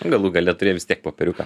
galų gale turi vis tiek popieriuką